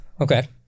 Okay